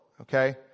Okay